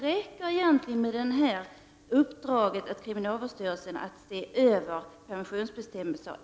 Räcker det då med uppdraget för kriminalvårdsstyrelsen att se över permissionsbestämmelser?